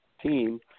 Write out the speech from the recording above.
team